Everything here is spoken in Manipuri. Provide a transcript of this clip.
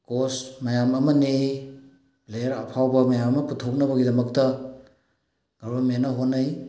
ꯀꯣꯁ ꯃꯌꯥꯝ ꯑꯃ ꯅꯦꯛꯏ ꯄ꯭ꯂꯦꯌꯔ ꯑꯐꯥꯎꯕ ꯃꯌꯥꯝ ꯑꯃ ꯄꯨꯊꯣꯛꯅꯕꯒꯤꯗꯃꯛꯇ ꯒꯣꯕꯔꯟꯃꯦꯟꯅ ꯍꯣꯠꯅꯩ